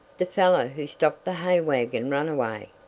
the fellow who stopped the hay-wagon runaway!